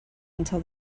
until